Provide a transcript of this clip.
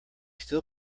still